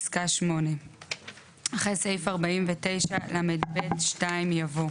(8)אחרי סעיף 49לב2 יבוא: